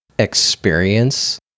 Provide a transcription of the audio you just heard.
experience